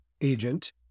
agent